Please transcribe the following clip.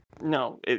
No